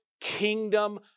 kingdom